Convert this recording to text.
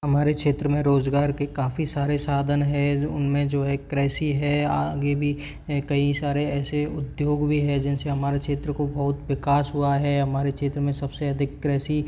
हमारे क्षेत्र में रोज़गार के काफ़ी सारे साधन हैं उनमें जो हैं कृषि है आगे भी कई सारे ऐसे उद्योग भी हैं जिनसे हमारे क्षेत्र को बहुत विकास हुआ है हमारे क्षेत्र में सबसे अधिक कृषि